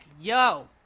yo